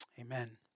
amen